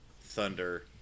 Thunder